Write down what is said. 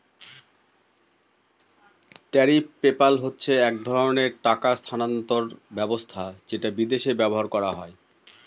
tariff PayPal হচ্ছে এক ধরনের টাকা স্থানান্তর ব্যবস্থা যেটা বিদেশে ব্যবহার করা হয়